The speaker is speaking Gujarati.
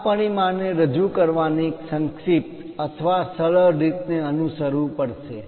આ પરિમાણોને રજૂ કરવાની સંશિપ્ત કોમ્પેક્ટ અથવા સરળ રીત ને અનુસરવું પડશે